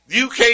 UK